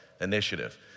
initiative